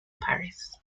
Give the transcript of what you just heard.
paris